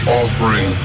offering